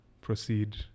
proceed